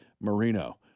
Marino